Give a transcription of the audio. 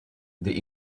the